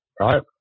right